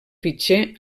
fitxer